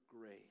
grace